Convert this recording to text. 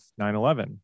9-11